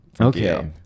Okay